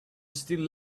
still